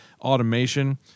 automation